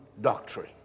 doctrine